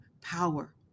power